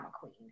queen